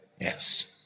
Yes